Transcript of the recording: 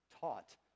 taught